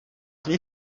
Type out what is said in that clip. tmy